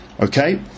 okay